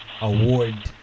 award